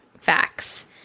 facts